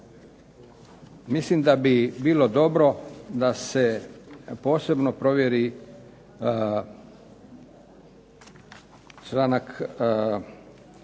Mislim da bi bilo dobro da se posebno provjeri članak 4.